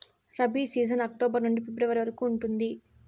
rabi season October నుండి February వరకు ఉంటుంది